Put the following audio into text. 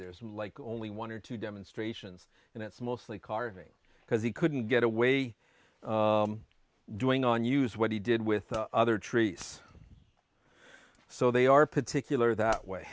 there's like only one or two demonstrations and it's mostly carving because he couldn't get away doing on use what he did with the other trees so they are particular that way